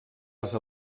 les